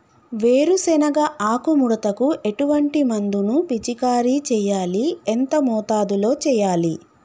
వేరుశెనగ ఆకు ముడతకు ఎటువంటి మందును పిచికారీ చెయ్యాలి? ఎంత మోతాదులో చెయ్యాలి?